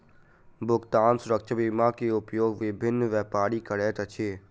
भुगतान सुरक्षा बीमा के उपयोग विभिन्न व्यापारी करैत अछि